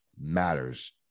matters